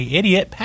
idiot